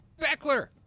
Beckler